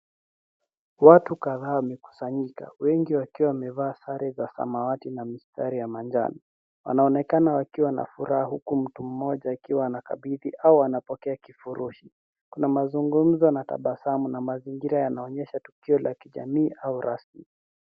Watu kadhaa wamekusanyika wengi wakiwa wamevaa sare za samawati na mistari ya manjano. Wanaonekana wakiwa na furaha huku mtu mmoja akiwa anakabidhi au anapokea kifurushi. Kuna mazungumzo na tabasamu na mazingira yanaonyesha tukio la kijamii au rasmi.